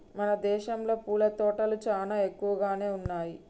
మన దేసంలో పూల తోటలు చానా ఎక్కువగానే ఉన్నయ్యి